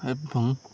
ଏବଂ